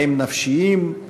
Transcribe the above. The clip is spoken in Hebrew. ובהם נפשיים,